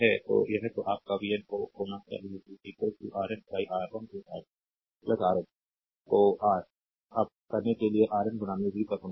तो यह तो आप का vn होना चाहिए Rn R1 R2 Rn को R अप करने के लिए Rn v पर होना चाहिए